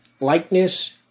likeness